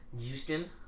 Houston